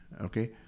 okay